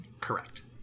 Correct